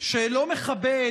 שלא מכבד,